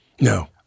No